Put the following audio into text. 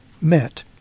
met